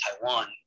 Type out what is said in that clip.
taiwan